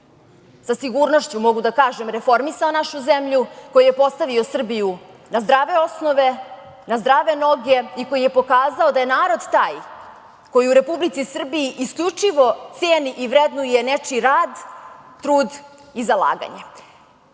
sa sigurnošću, mogu da kažem, reformisao našu zemlju, koji je postavio Srbiju na zdrave osnove, na zdrave noge i koji je pokazao da je narod taj koji u Republici Srbiji isključivo ceni i vrednuje nečiji rad, trud i zalaganje. Imate